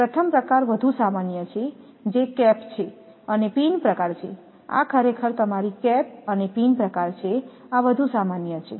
પ્રથમ પ્રકાર વધુ સામાન્ય છે જે કેપ છે અને પિન પ્રકાર છે આ ખરેખર તમારી કેપ અને પિન પ્રકાર છે આ વધુ સામાન્ય છે